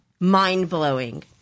mind-blowing